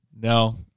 No